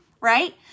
right